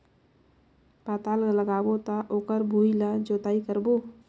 पातल लगाबो त ओकर भुईं ला जोतई करबो?